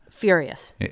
Furious